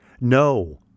No